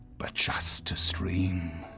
but just to stream.